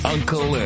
Uncle